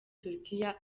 turukiya